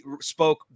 spoke